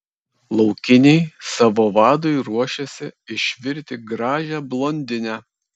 laukiniai savo vadui ruošiasi išvirti gražią blondinę